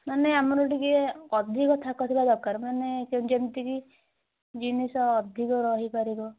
ମାନେ ଆମର ଟିକେ ଅଧିକ ଥାକ ଥିବା ଦରକାର ମାନେ ଯେମିତିକି ଜିନିଷ ଅଧିକ ରହିପାରିବ